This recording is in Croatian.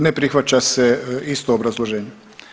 Ne prihvaća se, isto obrazloženje.